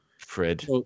Fred